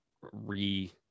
re